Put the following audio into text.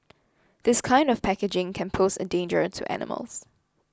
this kind of packaging can pose a danger to animals